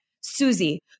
Susie